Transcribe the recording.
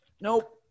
Nope